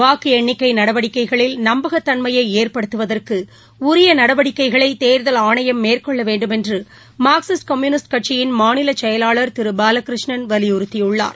வாக்கு எண்ணிக்கை நடவடிக்கைகளில் நம்பகத் தன்மையை ஏற்படுத்துவதற்கு உரிய நடவடிக்கைகளை தேர்தல் ஆணையம் மேற்கொள்ள வேண்டுமென்று மார்க்சிஸ்ட் கம்யுனிஸ்ட் கட்சியின் மாநில செயலாளர் திரு பாலகிருஷ்ணன் வலியுறுத்தியுள்ளார்